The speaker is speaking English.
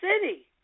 city